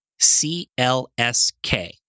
CLSK